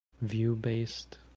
view-based